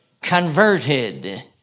converted